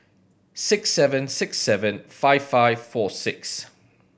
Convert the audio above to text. six seven six seven five five four six